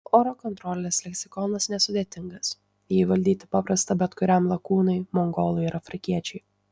oro kontrolės leksikonas nesudėtingas jį įvaldyti paprasta bet kuriam lakūnui mongolui ar afrikiečiui